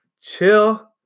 chill